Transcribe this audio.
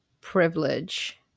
privilege